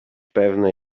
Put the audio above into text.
pewne